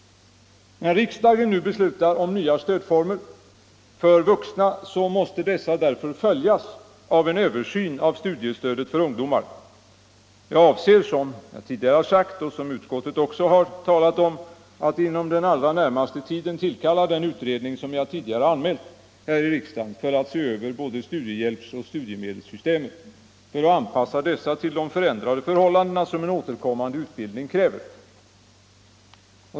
När riksdagen nu beslutar om nya stödformer för vuxna, så måste dessa därför följas av en översyn av studiestödet till ungdomen. Jag avser, som jag redan sagt och som utskottet också framhållit, att inom den allra närmaste tiden tillkalla den utredning som jag tidigare anmält för att se över både studiehjälpsoch studiemedelssystemen i syfte att anpassa dessa till de förändrade förhållanden som en återkommande utbildning ger.